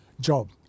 job